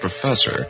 professor